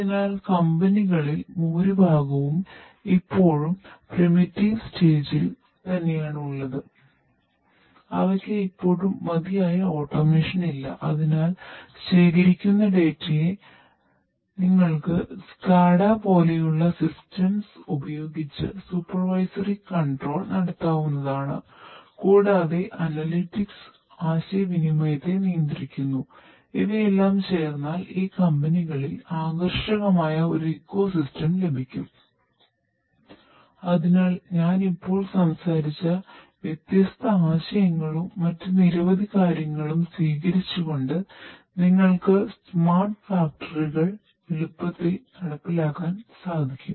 അതിനാൽ കമ്പനികളിൽ എളുപ്പത്തിൽ നടപ്പിലാക്കാൻ കഴിയും